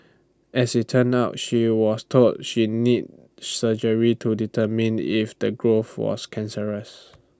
as IT turned out she was told she needed surgery to determine if the growth was cancerous